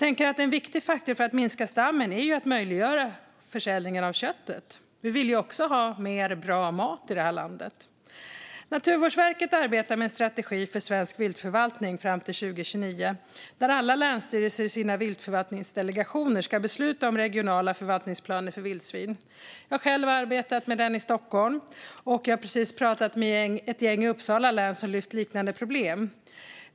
En viktig faktor för att minska stammen är att möjliggöra försäljning av köttet. Vi vill ju också ha mer bra mat i landet. Naturvårdsverket arbetar med en strategi för svensk viltförvaltning fram till 2029 där alla länsstyrelser i sina viltförvaltningsdelegationer ska besluta om regionala förvaltningsplaner för vildsvin. Jag själv har arbetat med den i Stockholm, och jag har precis pratat med ett gäng i Uppsala län som lyft fram liknande problem.